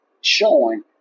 showing